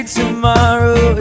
tomorrow